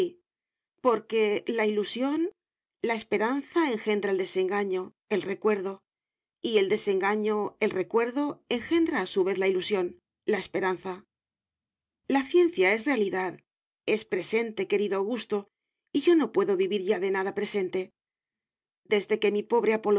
porque la ilusión la esperanza engendra el desengaño el recuerdo y el desengaño el recuerdo engendra a su vez la ilusión la esperanza la ciencia es realidad es presente querido augusto y yo no puedo vivir ya de nada presente desde que mi pobre